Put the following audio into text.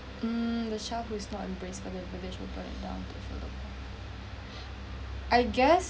mm the child who is not embraced by the village will burned it down to feel I guess